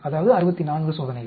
அதாவது 64 சோதனைகள்